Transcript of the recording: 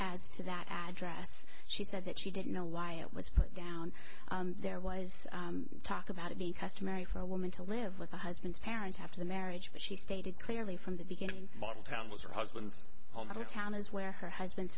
as to that address she said that she didn't know why it was put down there was talk about it being customary for a woman to live with her husband's parents have the marriage but she stated clearly from the beginning was her husband's hometown is where her husband's